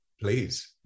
Please